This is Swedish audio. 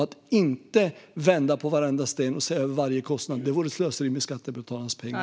Att inte vända på varenda sten och se över varje kostnad skulle innebära ett slöseri med skattebetalarnas pengar.